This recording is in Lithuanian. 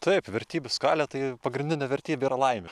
taip vertybių skalė tai pagrindinė vertybė yra laimė